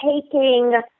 taking